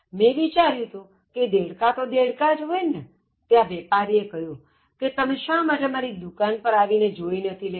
મેં વિચાર્યુ કે દેડકા તો દેડકા જ હોય ને ત્યાં વેપારીએ કહ્યું કે તમે શા માટે મારી દુકાન પર આવીને જોઇ નથી લેતા